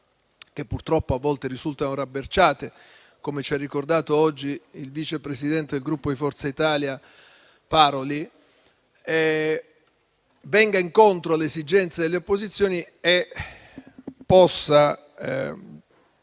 che, purtroppo, a volte risultano rabberciate, come ci ha ricordato oggi il vice presidente del Gruppo Forza Italia, senatore Paroli, venga incontro alle esigenze delle opposizioni e possa